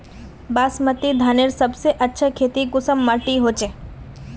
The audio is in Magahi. बासमती धानेर सबसे अच्छा खेती कुंसम माटी होचए?